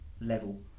level